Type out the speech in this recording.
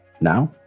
Now